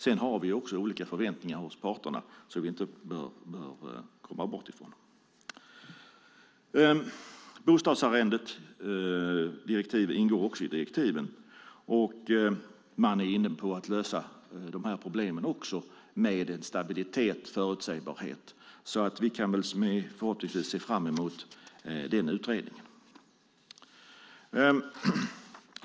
Vi har också olika förväntningar hos parterna som vi inte bör komma bort ifrån. Bostadsarrendet ingår också i direktiven. Man är inne på att lösa problemen med stabilitet och förutsägbarhet. Förhoppningsvis kan vi se fram emot den utredningen.